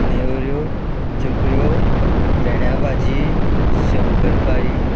नेवऱ्यो चकऱ्यो बेण्याबाजी शंकरपारी